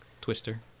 Twister